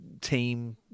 team